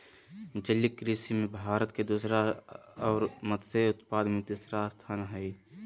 जलीय कृषि में भारत के दूसरा और मत्स्य उत्पादन में तीसरा स्थान हइ